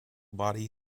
body